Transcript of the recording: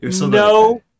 No